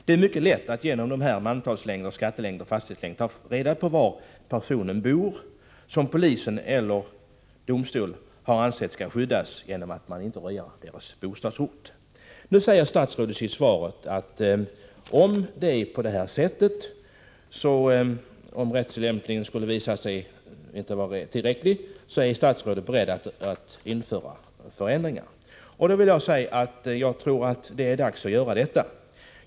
Det är mycket lätt att genom mantalslängd, skattelängd och fastighetslängd ta reda på var personer bor som polis eller domstol har ansett skall skyddas genom att man inte röjer deras bostadsort. Nu säger statsrådet i svaret att om rättstillämpningen skulle visa sig inte vara tillräcklig, är han beredd att införa förändringar. Då vill jag säga att jag tror att det är dags att göra detta.